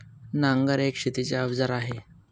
नांगर एक शेतीच अवजार आहे